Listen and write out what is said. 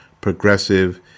progressive